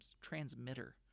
transmitter